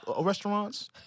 restaurants